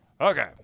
Okay